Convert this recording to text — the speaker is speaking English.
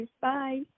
Bye